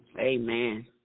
Amen